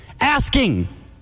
Asking